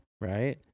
right